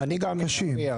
אני זכאי